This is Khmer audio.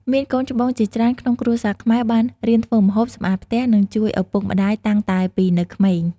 មានកូនច្បងជាច្រើនក្នុងគ្រួសារខ្មែរ បានរៀនធ្វើម្ហូប សម្អាតផ្ទះ និងជួយឪពុកម្ដាយតាំងតែពីនៅក្មេង។